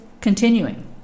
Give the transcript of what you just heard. continuing